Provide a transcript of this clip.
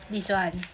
this one